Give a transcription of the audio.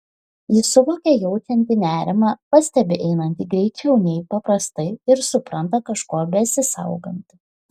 ji suvokia jaučianti nerimą pastebi einanti greičiau nei paprastai ir supranta kažko besisauganti